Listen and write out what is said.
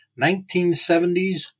1970s